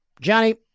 Johnny